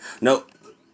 Nope